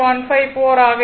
154 ஆக இருக்கும்